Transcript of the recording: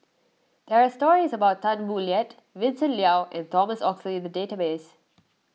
there are stories about Tan Boo Liat Vincent Leow and Thomas Oxley in the database